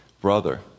brother